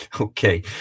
Okay